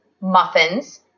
muffins